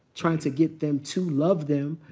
trying to get them to love them,